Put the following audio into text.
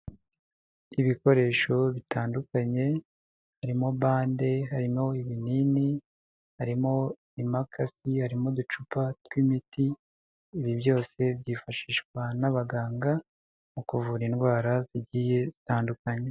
Ibikoresho bitandukanye, harimo bande, harimo ibinini, harimo imakasi, harimo uducupa tw'imiti, ibi byose byifashishwa n'abaganga mu kuvura indwara zigiye zitandukanye.